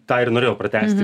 tą ir norėjau pratęsti